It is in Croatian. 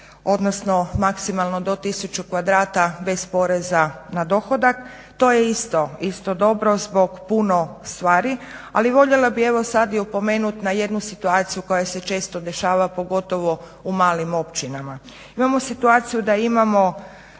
odnosno maksimalno do 1000 kvadrata bez poreza na dohodak. To je isto, isto dobro zbog puno stvari. Ali voljela bih evo sad i opomenut na jednu situaciju koja se često dešava pogotovo u malim općinama. Imamo situaciju da imamo